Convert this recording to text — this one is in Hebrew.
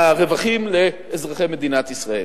מהרווחים לאזרחי מדינת ישראל.